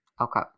Okay